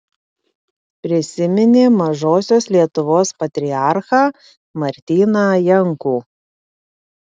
prisiminė mažosios lietuvos patriarchą martyną jankų